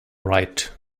right